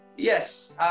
Yes